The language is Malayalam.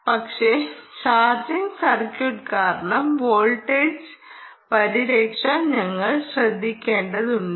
പക്ഷേ ചാർജിംഗ് സർക്യൂട്ട് കാരണം വോൾട്ടേജ് പരിരക്ഷ ഞങ്ങൾ ശ്രദ്ധിക്കേണ്ടതുണ്ട്